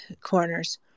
corners